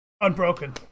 ...unbroken